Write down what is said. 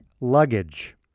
luggage